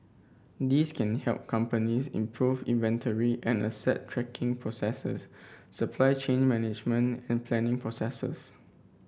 these can help companies improve inventory and asset tracking processes supply chain management and planning processes